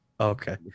Okay